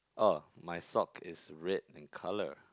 oh my sock is red in color